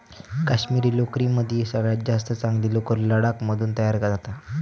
काश्मिरी लोकरीमदी सगळ्यात जास्त चांगली लोकर लडाख मधून तयार जाता